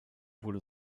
wurde